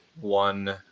one